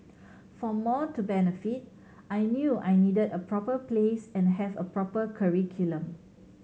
for more to benefit I knew I needed a proper place and have a proper curriculum